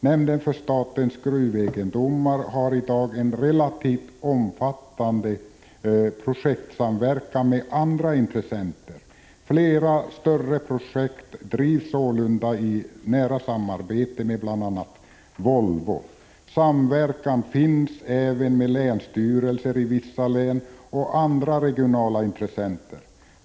Nämnden för statens gruvegendom har i dag ett relativt omfattande projektsamarbete med andra intressenter. Flera större projekt drivs sålunda i nära samarbete med bl.a. Volvo. Samverkan finns även med länsstyrelser i vissa län och andra regionala intressenter.